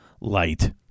light